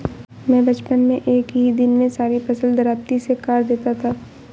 मैं बचपन में एक ही दिन में सारी फसल दरांती से काट देता था